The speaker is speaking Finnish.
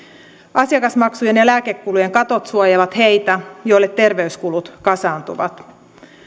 asiakasmaksujen ja lääkekulujen katot suojaavat heitä joille terveyskulut kasaantuvat